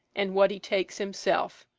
and what he takes himself.